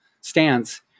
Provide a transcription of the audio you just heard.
stance